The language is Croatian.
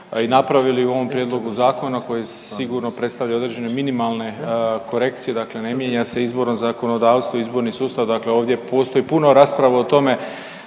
i napravili u ovom prijedlogu zakona koji sigurno predstavlja i određene minimalne korekcije, dakle ne mijenja se izborno zakonodavstvo, izborni sustav, dakle ovdje postoji puno rasprava o tome